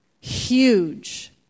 Huge